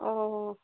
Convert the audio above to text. অঁ